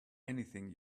anything